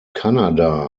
kanada